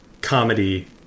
comedy